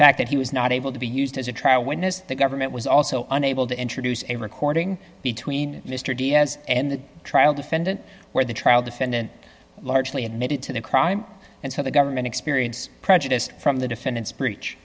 fact that he was not able to be used as a trial witness the government was also unable to introduce a recording between mr diaz and the trial defendant where the trial defendant largely admitted to the crime and so the government experienced prejudice from the defendant's breach